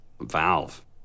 Valve